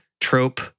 trope